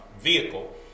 vehicle